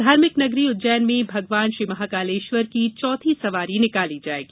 धार्मिक नगरी उज्जैन में भगवान श्री महाकालेश्वर की चौथी सवारी निकाली जायेगी